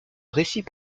récits